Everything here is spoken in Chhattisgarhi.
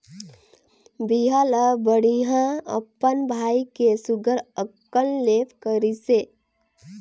बिहा ल बड़िहा अपन भाई के सुग्घर अकन ले करिसे